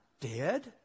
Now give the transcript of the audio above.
dead